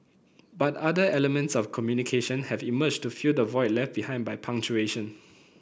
but other elements of communication have emerged to fill the void left behind by punctuation